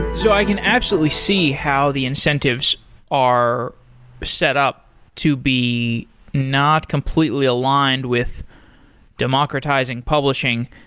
so i can absolutely see how the incentives are set up to be not completely aligned with democratizing publishing.